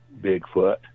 Bigfoot